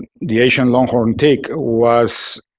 the asian long-horned tick was